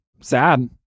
Sad